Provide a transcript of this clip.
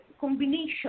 combination